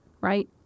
right